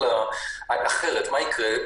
אחרת, מה יקרה?